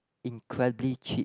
incredibly cheap